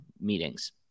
meetings